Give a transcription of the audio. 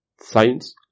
science